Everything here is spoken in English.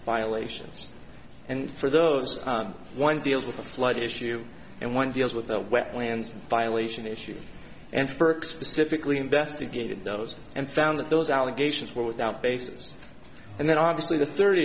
violations and for those one deals with a flood issue and one deals with the wetlands violation issue and first specifically investigated those and found that those allegations were without basis and then obviously the third